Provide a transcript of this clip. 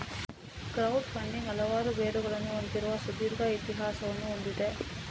crowd funding ಹಲವಾರು ಬೇರುಗಳನ್ನು ಹೊಂದಿರುವ ಸುದೀರ್ಘ ಇತಿಹಾಸವನ್ನು ಹೊಂದಿದೆ